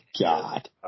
God